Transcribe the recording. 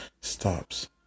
stops